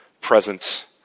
present